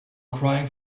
crying